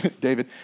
David